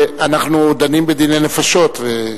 אנחנו דנים בדיני נפשות.